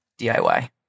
DIY